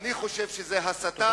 אני חושב שזאת הסתה.